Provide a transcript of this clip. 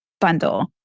bundle